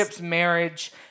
marriage